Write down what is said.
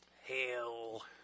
Hell